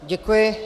Děkuji.